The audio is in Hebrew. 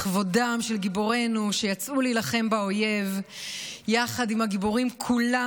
לכבודם של גיבורנו שיצאו להילחם באויב יחד עם הגיבורים כולם,